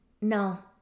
No